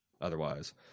Otherwise